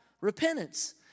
repentance